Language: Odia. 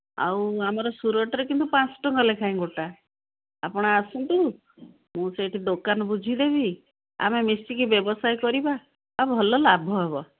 ଆଉ ଆମର ସୁରଟରେ କିନ୍ତୁ ପାଞ୍ଚ ଟଙ୍କା ଲେଖାଏଁ ଗୋଟା ଆପଣ ଆସନ୍ତୁ ମୁଁ ସେଇଠି ଦୋକାନ ବୁଝିଦେବି ଆମେ ମିଶିକି ବ୍ୟବସାୟ କରିବା ଆଉ ଭଲ ଲାଭ ହେବ